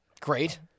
Great